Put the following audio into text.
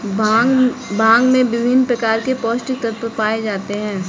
भांग में विभिन्न प्रकार के पौस्टिक तत्त्व पाए जाते हैं